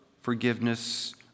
forgiveness